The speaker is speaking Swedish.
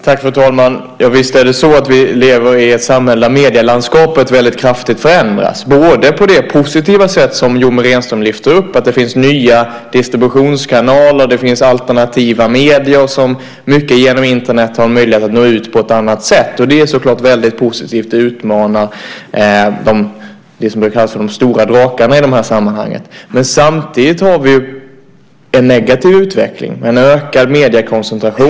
Fru talman! Visst är det så att vi lever i ett samhälle där medielandskapet förändras väldigt kraftigt och gör det på det positiva sätt som Yoomi Renström lyfter upp. Det finns nya distributionskanaler. Det finns alternativa medier som genom Internet har en möjlighet att nå ut på ett annat sätt. Det är såklart väldigt positivt och utmanar dem som brukar kallas för de stora drakarna i det här sammanhanget. Men samtidigt har vi en negativ utveckling. Vi har en ökad mediekoncentration.